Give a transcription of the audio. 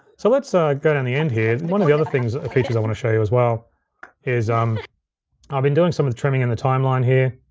so let's ah go down the end here. one of the other things, features i wanna show you as well is um i've been doing some of the trimming in the timeline here,